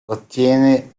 ottiene